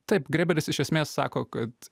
taip grėberis iš esmės sako kad